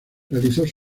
realizaron